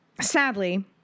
Sadly